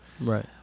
Right